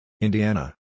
Indiana